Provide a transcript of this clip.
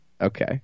Okay